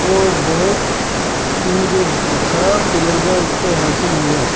اور بہت مجھے خراب تجربہ اس سے حاصل ہوا